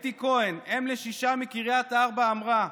אתי כהן, אם לשישה מקריית ארבע, אמרה: